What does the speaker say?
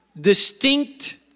distinct